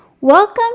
Welcome